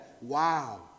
Wow